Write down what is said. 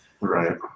Right